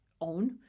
own